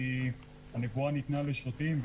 כי הנבואה ניתנה לשוטים,